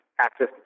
access